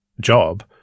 job